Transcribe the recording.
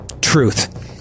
truth